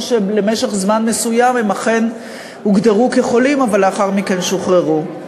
שלמשך זמן מסוים הם אכן הוגדרו כחולים אבל לאחר מכן שוחררו.